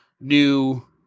new